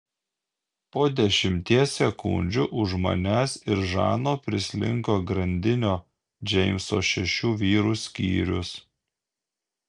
po dešimties sekundžių už manęs ir žano prislinko grandinio džeimso šešių vyrų skyrius